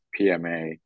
PMA